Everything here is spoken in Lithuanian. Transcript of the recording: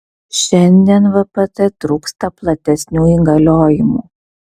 šiandien vpt trūksta platesnių įgaliojimų